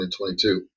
2022